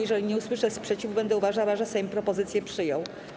Jeżeli nie usłyszę sprzeciwu, będę uważała, że Sejm propozycję przyjął.